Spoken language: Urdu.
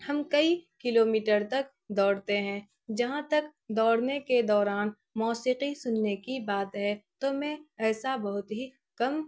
ہم کئی کلو میٹر تک دوڑتے ہیں جہاں تک دوڑنے کے دوران موسیقی سننے کی بات ہے تو میں ایسا بہت ہی کم